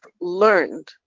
learned